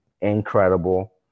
incredible